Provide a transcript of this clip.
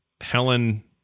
Helen